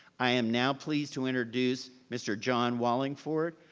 i am now pleased to introduce mr. john wallingford,